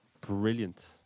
brilliant